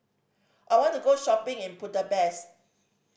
I want to go shopping in Budapest